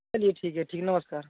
चलिए ठीक है ठीक है नमस्कार